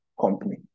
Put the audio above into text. company